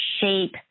shape